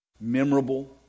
memorable